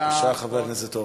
תודה, בבקשה, חבר הכנסת אורן.